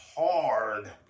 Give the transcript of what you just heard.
hard